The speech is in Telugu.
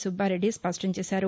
సుబ్బారెడ్డి స్పష్టం చేశారు